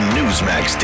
Newsmax